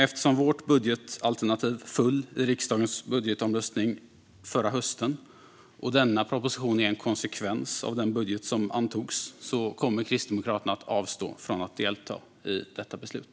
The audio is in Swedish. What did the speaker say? Eftersom vårt budgetalternativ föll i riksdagens budgetomröstning förra hösten, och denna proposition är en konsekvens av den budget som antogs, kommer Kristdemokraterna att avstå från att delta i detta beslut.